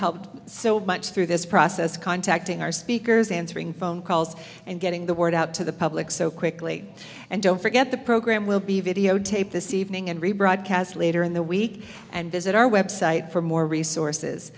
helped so much through this process contacting our speakers answering phone calls and getting the word out to the public so quickly and don't forget the program will be videotaped this evening and rebroadcast later in the week and visit our website for more resources